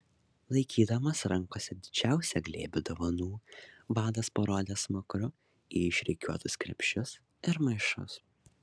laikydamas rankose didžiausią glėbį dovanų vadas parodė smakru į išrikiuotus krepšius ir maišus